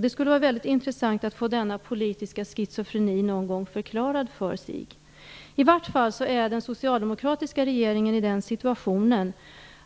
Det skulle vara väldigt intressant att få denna politiska schizofreni någon gång förklarad för sig. Den socialdemokratiska regeringen är i den situationen